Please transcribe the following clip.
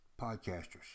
Podcasters